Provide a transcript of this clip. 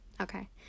Okay